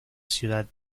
ciudad